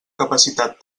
capacitat